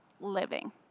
living